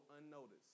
unnoticed